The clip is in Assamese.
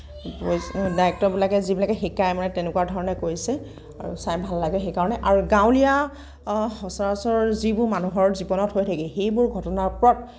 ডাইৰেক্টৰবিলাকে যিধৰণে শিকাই মানে সেইধৰণে কৰিছে আৰু চাই ভাল লাগে সেইকাৰণে আৰু গাঁৱলীয়া সচৰাচৰ যিবোৰ মানুহৰ জীৱনত হৈ থাকে সেইবোৰ ঘটনাৰ ওপৰত